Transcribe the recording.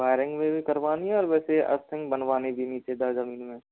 wiring में भी करवानी है और वैसे अर्थिंग बनवानी भी है नीचे जमीन में